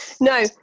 No